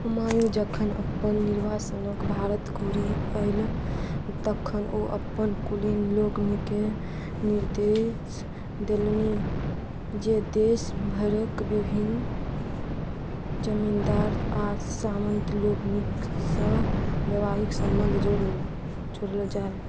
हुमायूँ जखन अपन निर्वासनसँ भारत घुरि अयलाह तखन ओ अपन कुलीन लोकनिकेँ निर्देश देलनि जे देश भरिक विभिन्न जमीन्दार आ सामन्त लोकनिक सङ्ग वैवाहिक सम्बन्ध जोड़ल जाय